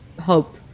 hope